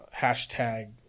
hashtag